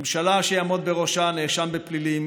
ממשלה שיעמוד בראשה נאשם בפלילים,